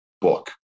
book